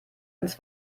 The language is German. ins